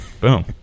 Boom